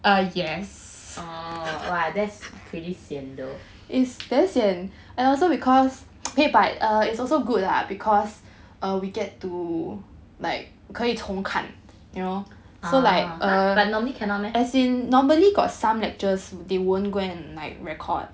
oh !wah! that's pretty sian though ah !huh! normally cannot meh